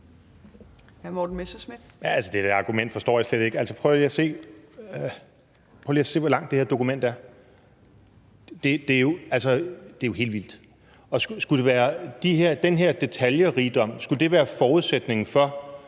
det der argument forstår jeg slet ikke. Prøv lige at se, hvor langt det her dokument er – det er jo helt vildt. Skulle den her detaljerigdom være forudsætningen for,